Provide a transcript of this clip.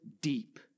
deep